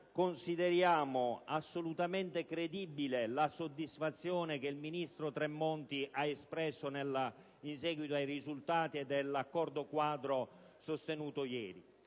consideriamo assolutamente credibile la soddisfazione che il ministro Tremonti ha espresso in seguito ai risultati dell'accordo quadro di ieri,